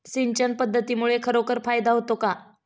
सिंचन पद्धतीमुळे खरोखर फायदा होतो का?